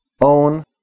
own